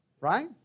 Right